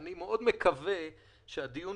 אני מקווה מאוד שהדיון